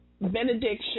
benediction